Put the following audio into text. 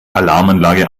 alarmanlage